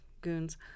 goons